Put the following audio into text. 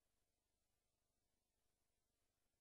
רבותי,